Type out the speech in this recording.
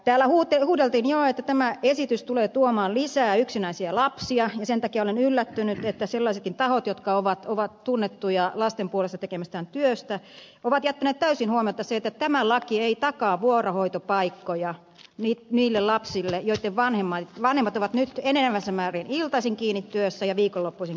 täällä huudeltiin jo että tämä esitys tulee tuomaan lisää yksinäisiä lapsia ja sen takia olen yllättynyt että sellaisetkin tahot jotka ovat tunnettuja lasten puolesta tekemästään työstä ovat jättäneet täysin huomiotta sen että tämä laki ei takaa vuorohoitopaikkoja niille lapsille joitten vanhemmat ovat nyt enenevässä määrin iltaisin kiinni työssä ja viikonloppuisin kiinni työssä